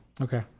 Okay